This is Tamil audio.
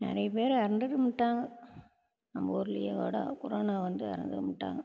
நிறைய பேர் இறந்துட்டும் விட்டாங்க நம்ம ஊர்லேயே கூட கொரோனா வந்து இறந்தும் விட்டாங்க